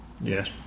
Yes